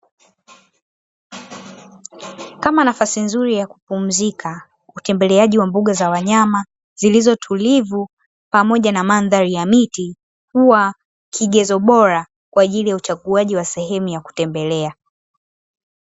Kama nafasi nzuri ya kupumzika, ukimbiliaji wa mboga za wanyama zilizotulivu pamoja na mandhari ya miti, huwa kigezo bora kwa ajili ya uchaguzi wa sehemu ya kutembelea.